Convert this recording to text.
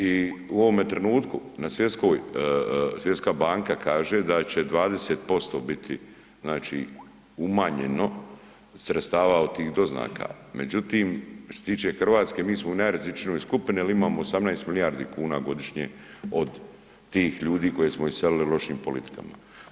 I u ovome trenutku Svjetska banka kaže da će 20% biti znači umanjeno sredstava od tih doznaka međutim što se tiče Hrvatske, mi smo u najrizičnijoj skupini jer imamo 18 milijardi kuna godišnje od tih ljudi koje smo iselili lošim politikama.